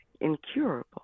incurable